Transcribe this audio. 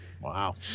Wow